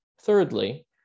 thirdly